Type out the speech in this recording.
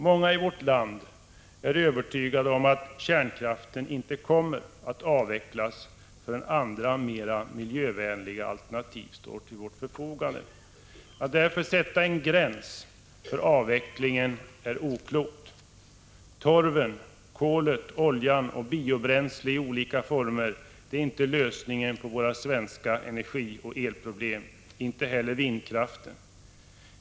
Många i vårt land är övertygade om att kärnkraften inte kommer att avvecklas förrän andra mer miljövänliga alternativ står till vårt förfogande. Att därför sätta en gräns för avvecklingen är oklokt. Torven, kolet, oljan och biobränsle i olika former är inte lösningen på våra svenska energiproblem, och inte heller vindkraften.